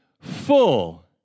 full